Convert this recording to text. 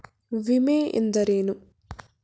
ವಿಮೆ ಎಂದರೇನು?